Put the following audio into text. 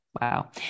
wow